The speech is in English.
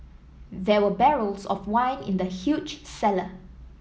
there were barrels of wine in the huge cellar